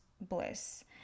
bliss